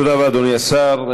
תודה רבה, אדוני השר.